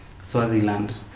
Swaziland